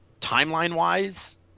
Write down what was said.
Timeline-wise